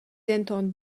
denton